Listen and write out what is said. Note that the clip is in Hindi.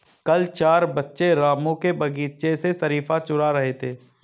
कल चार बच्चे रामू के बगीचे से शरीफा चूरा रहे थे